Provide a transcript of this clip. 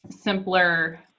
simpler